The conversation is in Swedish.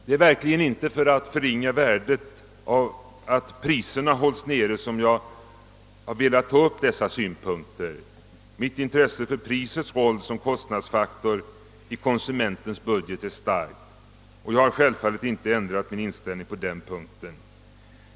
Det är verkligen inte för att förringa värdet av att priserna hålls nere som jag velat ta upp dessa synpunkter. Mitt intresse för prisets roll som kostnadsfaktor i konsumentens budget är starkt, och jag har självfallet inte ändrat min inställning på den punkten.